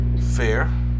Fair